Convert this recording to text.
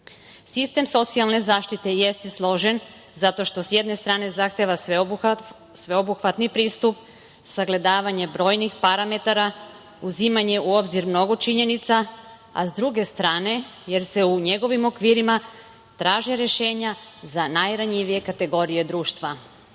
socijalne zaštite jeste složen zato što s jedne strane zahteva sveobuhvatni pristup, sagledavanje brojnih parametara, uzimanje u obzir mnogo činjenica, a s druge strane, jer se u njegovim okvirima traže rešenja za najranjivije kategorije društva. Od